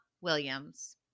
Williams